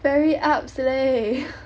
very ups leh